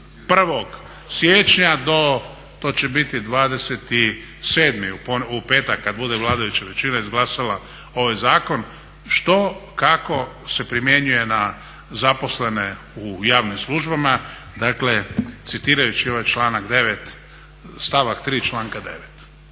1. siječnja do to će biti 27. u petak kad bude vladajuća većina izglasala ovaj zakon, što, kako se primjenjuje na zaposlene u javnim službama, dakle citirajući ovaj članak 9. stavak 3. Toliko o